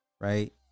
right